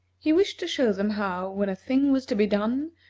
he wished to show them how, when a thing was to be done,